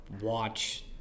watch